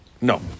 no